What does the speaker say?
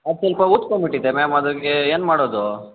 ಅದು ಸ್ವಲ್ಪ ಊದಿಕೊಂಬಿಟ್ಟಿದೆ ಮ್ಯಾಮ್ ಅದಕ್ಕೆ ಏನು ಮಾಡೋದು